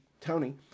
Tony